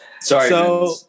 Sorry